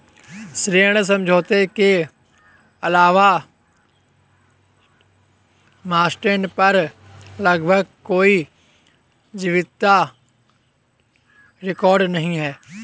ऋण समझौते के अलावा मास्टेन पर लगभग कोई जीवित रिकॉर्ड नहीं है